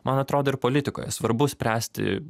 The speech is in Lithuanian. man atrodo ir politikoje svarbu spręsti